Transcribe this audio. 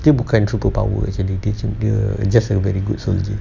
dia bukan superpower jadi dia macam just a very good soldier